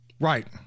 right